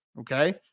okay